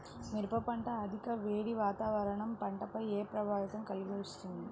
మిర్చి పంట అధిక వేడి వాతావరణం పంటపై ఏ ప్రభావం కలిగిస్తుంది?